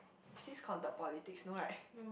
is this counted politics no right